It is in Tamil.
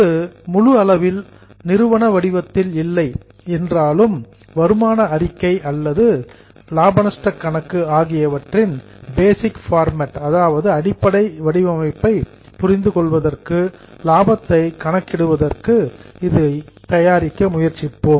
இது முழு அளவில் கம்பெனி ஃபார்மேட் நிறுவன வடிவத்தில் இல்லை என்றாலும் இன்கம் ஸ்டேட்மெண்ட் வருமான அறிக்கை அல்லது பி மற்றும் எல் கணக்கு ஆகியவற்றின் பேசிக் ஃபார்மேட் அடிப்படை வடிவமைப்பை புரிந்துகொள்வதற்கு லாபத்தை கணக்கிடுவதற்கு இதை தயாரிக்க முயற்சிப்போம்